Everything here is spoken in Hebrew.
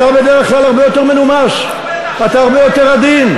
אתה בדרך כלל הרבה יותר מנומס והרבה יותר עדין.